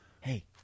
Hey